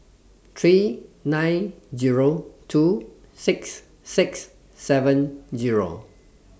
three nine Zero two six six seven Zero